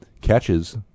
catches